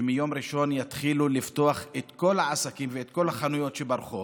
שמיום ראשון יתחילו לפתוח את כל העסקים ואת כל החנויות שברחוב,